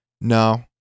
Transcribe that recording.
No